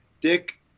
Dick